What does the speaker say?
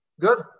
Good